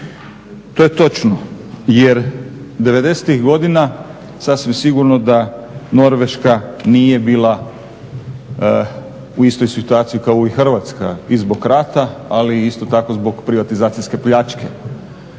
To je točno, jer 90-tih godina sasvim sigurno da Norveška nije bila u istoj situaciji kao i Hrvatska i zbog rata, ali isto tako zbog privatizacijske pljačke.